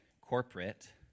corporate